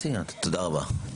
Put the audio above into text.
תודה רבה.